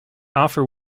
offer